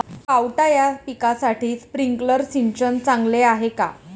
पावटा या पिकासाठी स्प्रिंकलर सिंचन चांगले आहे का?